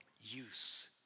use